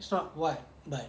it's not what but